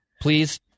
Please